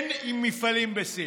כן, עם מפעלים בסין.